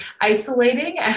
isolating